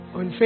on